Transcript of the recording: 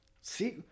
See